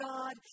God